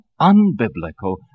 unbiblical